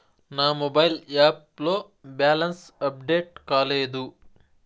నా mobile app లో balance update కాలేదు